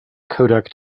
codec